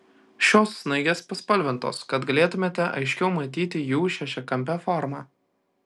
šios snaigės paspalvintos kad galėtumėte aiškiau matyti jų šešiakampę formą